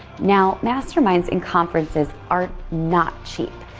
now, masterminds and conferences are not cheap.